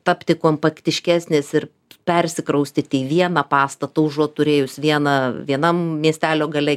tapti kompaktiškesnės ir persikraustyti į vieną pastatą užuot turėjus vieną vienam miestelio gale